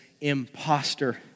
imposter